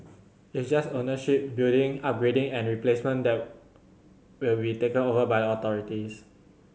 it's just ownership building upgrading and replacement that will be taken over by authorities